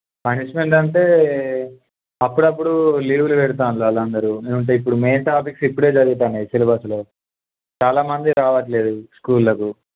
punishment అంటే అప్పుడప్పుడు లీవ్లు పెడుతున్నారు వాళ్ళు అందరూ అంటే ఇప్పుడు మెయిన్ టాపిక్స్ ఇప్పుడే జరుగుతున్నాయి సిలబస్లో చాలా మంది రావట్లేదు స్కూళ్ళకు